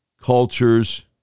cultures